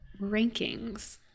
rankings